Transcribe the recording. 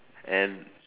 and